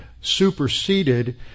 superseded